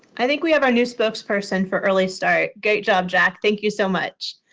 i think we have our new spokesperson for early start. great job, jack. thank you so much.